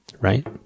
right